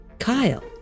Kyle